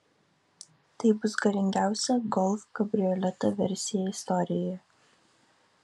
tai bus galingiausia golf kabrioleto versija istorijoje